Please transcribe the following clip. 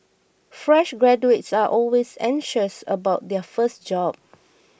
fresh graduates are always anxious about their first job